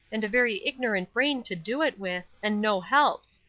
and a very ignorant brain to do it with, and no helps.